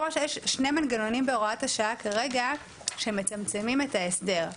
יש שני מנגנונים בהוראת השעה כרגע שמצמצמים את ההסדר.